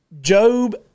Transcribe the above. Job